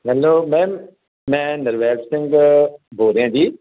hello ma'am ਮੈਂ ਨਿਰਵੈਰ ਸਿੰਘ ਬੋਲ ਰਿਹਾ ਜੀ